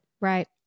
Right